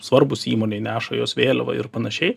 svarbūs įmonei neša jos vėliavą ir panašiai